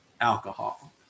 alcohol